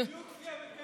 זה בדיוק "חיה ותן לחיות".